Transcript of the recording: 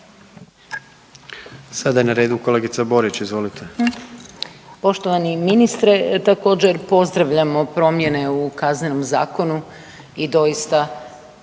Sada je na redu kolegica Borić, izvolite.